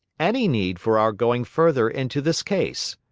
any need for our going further into this case.